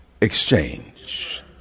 exchange